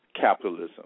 capitalism